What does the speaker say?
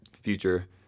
future